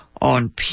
on